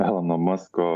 elono masko